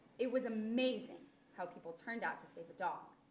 it was amazing how people turned out to save a dog.